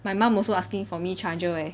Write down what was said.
my mum also asking for me charger leh